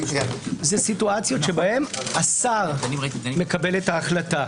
אלה סיטואציות שבהן השר מקבל את ההחלטה.